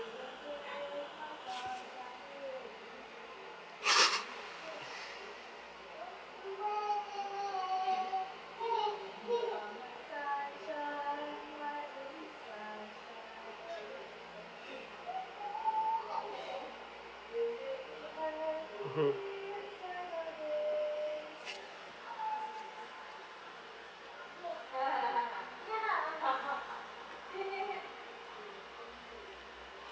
mmhmm